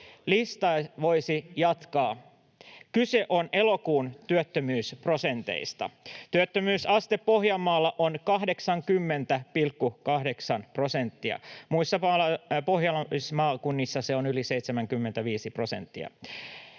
listaa voisi jatkaa. Kyse on elokuun työttömyysprosenteista. Työllisyysaste Pohjanmaalla on 80,8 prosenttia, muissa pohjalaismaakunnissa se on yli 75 prosenttia.